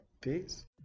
Peace